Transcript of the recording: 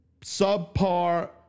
subpar